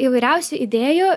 įvairiausių idėjų